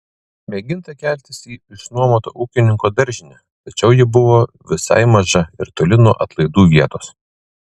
mėginta keltis į išnuomotą ūkininko daržinę tačiau ji buvo visai maža ir toli nuo atlaidų vietos